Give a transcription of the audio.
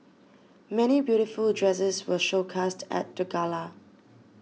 many beautiful dresses were showcased at the gala